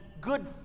good